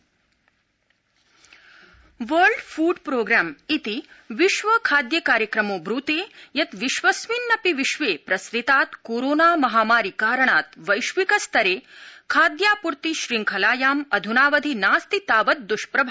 विश्व खादय कार्यक्रम वर्ल्ड फ्र्ड प्रोग्राम इति विश्व खाद्य कार्यक्रमो ब्रूते यत् विश्वस्मिन्नपि विश्वे प्रसृतात् कोरोना महामारि कारणात् वैश्विकस्तरे खाद्यापूर्ति श्रृंखलाया अध्नावधि नास्ति तावद्दषप्रभाव